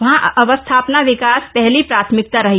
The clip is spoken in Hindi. वहां अवस्थापना विकास पहली प्राथमिकता रही